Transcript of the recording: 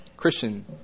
christian